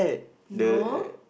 no